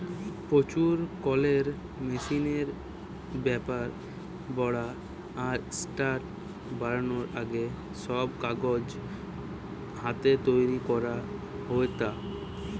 প্রচুর কলের মেশিনের ব্যাভার বাড়া আর স্যাটা বারানার আগে, সব কাগজ হাতে তৈরি করা হেইতা